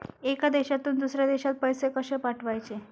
एका देशातून दुसऱ्या देशात पैसे कशे पाठवचे?